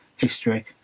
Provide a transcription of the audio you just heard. history